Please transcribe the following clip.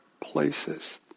places